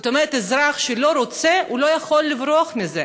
זאת אומרת שאזרח שלא רוצה לא יכול לברוח מזה,